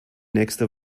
nächste